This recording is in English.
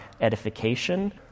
edification